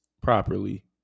properly